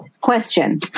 question